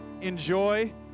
Enjoy